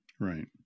Right